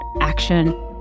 action